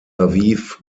aviv